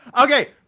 okay